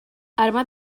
arma